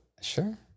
Sure